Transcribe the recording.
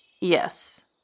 yes